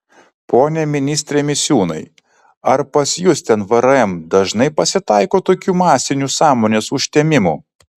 pone ministre misiūnai ar pas jus ten vrm dažnai pasitaiko tokių masinių sąmonės užtemimų